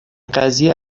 قضیه